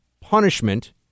punishment